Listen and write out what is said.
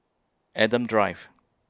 Adam Drive